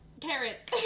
Carrots